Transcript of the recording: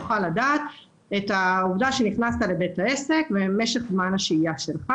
נוכל לדעת שנכנסת לבית העסק ונוכל לדעת את משך זמן השהייה שלך.